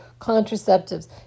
contraceptives